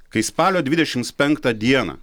kai spalio dvidešimts penktą dieną